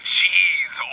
Cheese